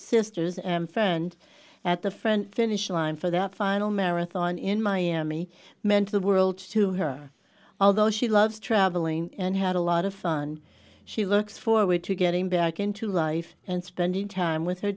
sisters and fend at the front finish line for that final marathon in miami meant the world to her although she loves travelling and had a lot of fun she looks forward to getting back into life and spending time with her